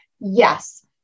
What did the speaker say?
yes